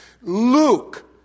Luke